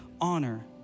honor